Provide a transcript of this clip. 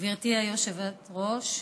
גברתי היושבת-ראש,